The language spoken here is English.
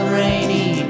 rainy